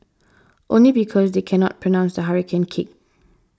only because they cannot pronounce the hurricane kick